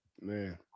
man